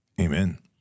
Amen